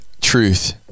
truth